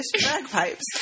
bagpipes